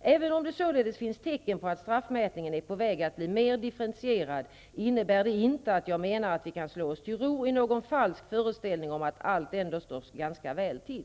Även om det således finns tecken på att straffmätningen är på väg att bli mer differentierad innebär det inte att jag menar att vi kan slå oss till ro i någon falsk föreställning om att allt ändå står ganska väl till.